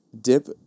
Dip